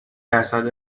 درصد